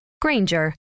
Granger